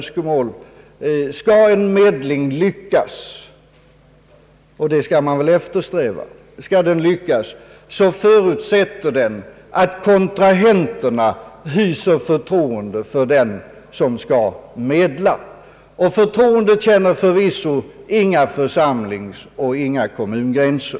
Skall en medling lyckas — och det skall man väl eftersträva — måste man förutsätta att kontrahenterna hyser förtroende till den som skall medla, och förtroendet känner förvisso inga församlingseller kommungränser.